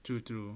true true